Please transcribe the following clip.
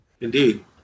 indeed